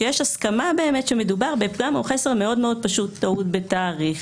כשיש הסכמה שמדובר בפגם או חסר מאוד פשוטים טעות בתאריך,